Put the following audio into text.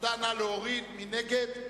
מי נגד?